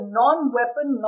non-weapon